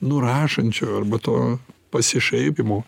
nurašančio arba to pasišaipymo